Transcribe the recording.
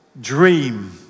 dream